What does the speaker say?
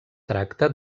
tracta